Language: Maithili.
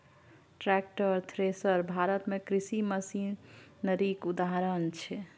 टैक्टर, थ्रेसर भारत मे कृषि मशीनरीक उदाहरण छै